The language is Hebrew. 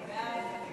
מי נגד ההסתייגות?